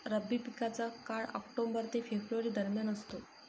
रब्बी पिकांचा काळ ऑक्टोबर ते फेब्रुवारी दरम्यान असतो